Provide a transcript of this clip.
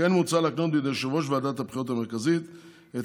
כמו כן מוצע להקנות בידי יושב-ראש ועדת הבחירות המרכזית את